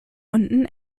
unten